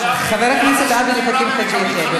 חבר הכנסת עבד אל חכים חאג' יחיא,